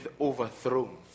overthrown